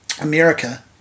America